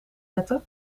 zetten